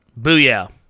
Booyah